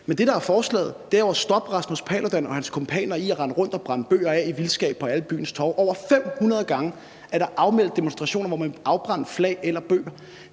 Men det, der er forslaget, er at stoppe Rasmus Paludan og hans kumpaner i at rende rundt og brænde bøger af i vildskab på alle byens torve. Over 500 gange er der anmeldt demonstrationer, hvor man ville afbrænde flag eller bøger.